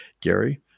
Gary